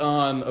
on